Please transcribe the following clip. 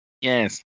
Yes